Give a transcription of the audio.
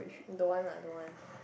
don't want lah don't want